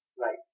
Right